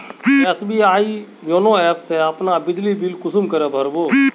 SBI YONO app से अपना बिजली बिल कुंसम करे भर बो?